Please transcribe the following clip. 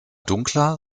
dunkler